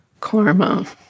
karma